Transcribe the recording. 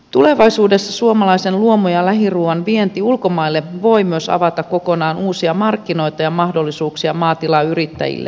tulevaisuudessa suomalaisen luomu ja lähiruuan vienti ulkomaille voi myös avata kokonaan uusia markkinoita ja mahdollisuuksia maatilayrittäjillemme